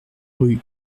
rue